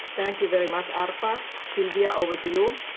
thank you very much arba. sylwia, over to you.